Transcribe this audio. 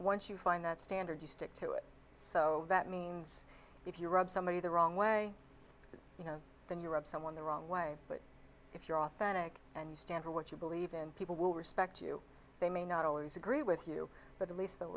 once you find that standard you stick to it so that means if you rub somebody the wrong way you know then you're up someone the wrong way but if you're authentic and stand for what you believe and people will respect you they may not always agree with you but at least th